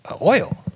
oil